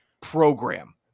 program